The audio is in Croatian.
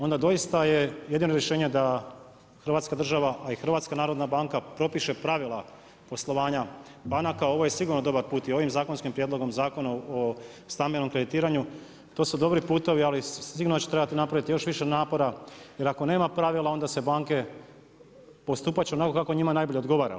Onda doista je jedino rješenje da hrvatska država a i HNB propiše pravila poslovanja banaka, ovo je sigurno dobar put i ovim zakonskim prijedloga Zakona o stambenom kreditiranju, to su dobri putevi ali sigurno da će trebati napraviti još više napora jer ako nema pravila onda se banke, postupati će onako kako njima najbolje odgovara.